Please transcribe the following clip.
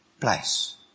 place